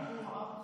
מלחמת יום כיפור,